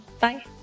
bye